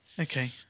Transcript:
okay